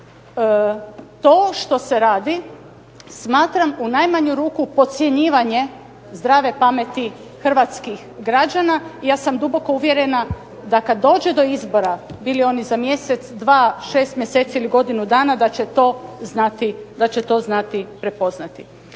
To što se radi smatram u najmanju ruku podcjenjivanje zdrave pameti hrvatskih građana i ja sam duboko uvjerena da kad dođe do izbora, bili oni za mjesec, dva, šest mjeseci ili godinu dana da će to znati prepoznati.